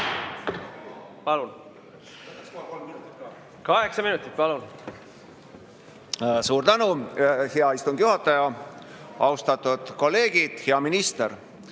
Kaheksa minutit, palun! Suur tänu, hea istungi juhataja! Austatud kolleegid! Hea minister!